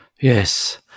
Yes